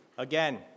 Again